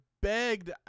begged